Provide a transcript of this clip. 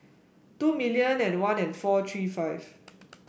two million and one and four three five